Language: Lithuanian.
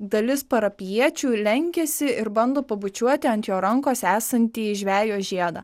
dalis parapijiečių lenkiasi ir bando pabučiuoti ant jo rankos esantį žvejo žiedą